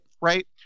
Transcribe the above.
Right